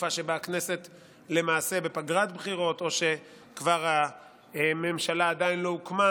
בתקופה שבה הכנסת למעשה בפגרת בחירות או כשהממשלה עדיין לא הוקמה,